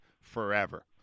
forever